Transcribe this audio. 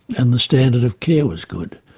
and the standard of care was good,